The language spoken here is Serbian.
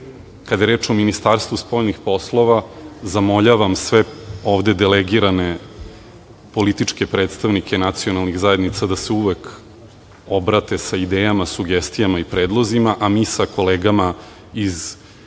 je reč o Ministarstvu spoljnih poslova, zamolio bih sve ovde delegirane političke predstavnike nacionalnih zajednica da se uvek obrate sa idejama, sugestijama i predlozima, a mi sa kolegama iz